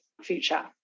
future